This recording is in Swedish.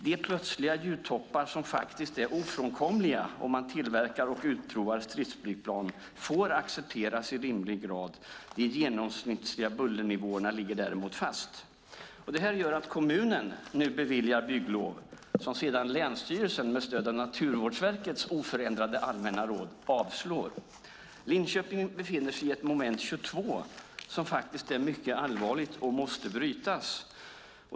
De plötsliga ljudtoppar som faktiskt är ofrånkomliga om man tillverkar och utprovar stridsflygplan får accepteras i rimlig grad. De genomsnittliga bullernivåerna ligger däremot fast. Det här gör att kommunen nu beviljar bygglov som sedan länsstyrelsen med stöd av Naturvårdsverkets oförändrade allmänna råd avslår. Linköping befinner sig i ett moment 22 som faktiskt är mycket allvarligt och som måste brytas.